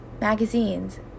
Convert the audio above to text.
magazines